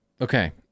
Okay